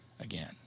again